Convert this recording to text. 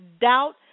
doubt